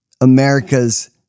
America's